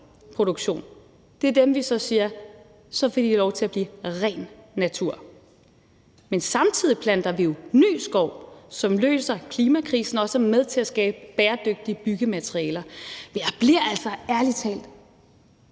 skovproduktion, og siger, at de får lov til at blive ren natur. Men samtidig planter vi jo ny skov, som løser klimakrisen og er med til at skabe bæredygtige byggematerialer. Men jeg bliver ærlig talt